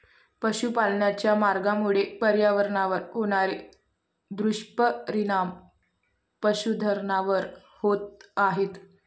पशुपालनाच्या मार्गामुळे पर्यावरणावर होणारे दुष्परिणाम पशुधनावर होत आहेत